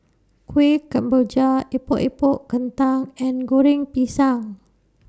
Kueh Kemboja Epok Epok Kentang and Goreng Pisang